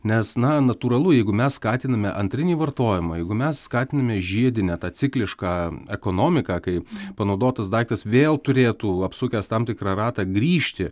nes na natūralu jeigu mes skatiname antrinį vartojimą jeigu mes skatiname žiedinę tą ciklišką ekonomiką kai panaudotas daiktas vėl turėtų apsukęs tam tikrą ratą grįžti